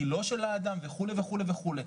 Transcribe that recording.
גילו של האדם וכו' וכו' וכו'.